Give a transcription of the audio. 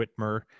whitmer